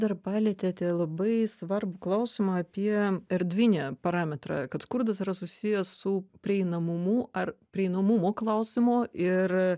dar palietėte labai svarbų klausimą apie erdvinį parametrą kad skurdas yra susijęs su prieinamumu ar prieinamumo klausimu ir